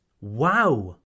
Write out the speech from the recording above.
Wow